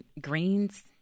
greens